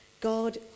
God